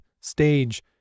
stage